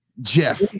Jeff